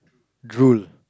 drool